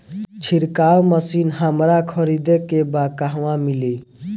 छिरकाव मशिन हमरा खरीदे के बा कहवा मिली?